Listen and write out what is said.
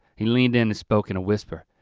he leaned in and spoke in a whisper.